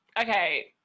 Okay